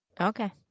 okay